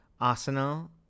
Arsenal